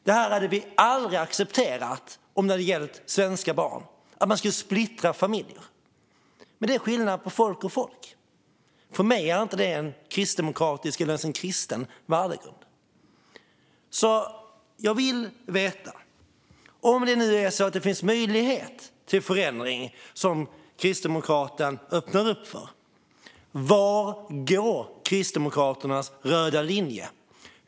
Om det hade gällt svenska barn hade vi aldrig accepterat att man skulle splittra familjer. Men det är skillnad på folk och folk. För mig är inte det en kristdemokratisk eller ens kristen värdegrund. Jag vill alltså veta - om det nu är så att det finns möjlighet till förändring, som kristdemokraten öppnar för - var Kristdemokraternas röda linje går.